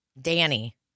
Danny